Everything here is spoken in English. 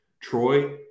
Troy